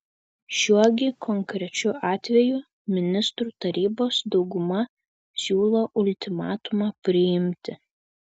šiuo gi konkrečiu atveju ministrų tarybos dauguma siūlo ultimatumą priimti